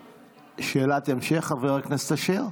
שאלת המשך, חבר הכנסת אשר?